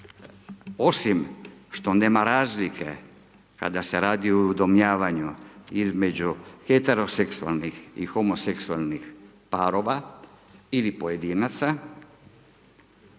osim što nema razlike kada se radi o udomljavanju između heteroseksualnih i homoseksualnih parova ili pojedinaca,